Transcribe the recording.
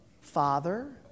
father